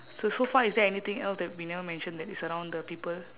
so so far is there anything else that we never mention that is around the people